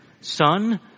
son